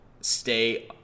stay